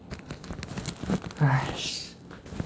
!hais!